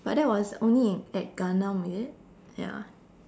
but that was only in at Gangnam is it ya